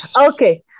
Okay